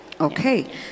Okay